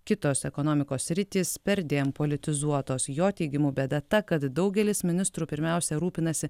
kitos ekonomikos sritys perdėm politizuotos jo teigimu bėda ta kad daugelis ministrų pirmiausia rūpinasi